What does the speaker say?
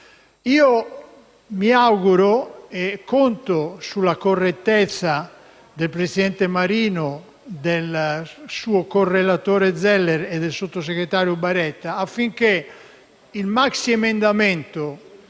Mi auguro - e conto sulla correttezza del presidente Marino, del suo correlatore Zeller e del sottosegretario Baretta - che il maxiemendamento